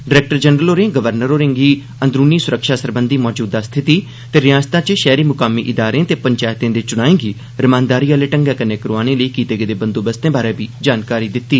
director general होरें governor होरें'गी अंदरूनी सुरक्षा सरबंघी मौजूदा स्थिति ते रिआसता च शैह्री मुकामी इदारें ते पंचैतें दे चुनाएं गी रमानदारी आहले ढंग्गै कन्नै करोआने लेई कीते गेदे बंदोबस्तें बारै जानकारी दित्ती